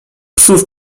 psów